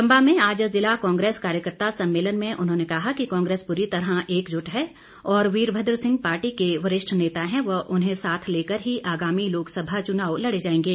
चंबा में आज जिला कांग्रेस कार्यकर्ता सम्मेलन में उन्होंने कहा कि कांग्रेस पूरी तरह एकजुट है और वीरभद्र सिंह पार्टी के वरिष्ठ नेता हैं व उन्हें साथ लेकर ही आगामी लोकसभा चुना लड़े जाएंगे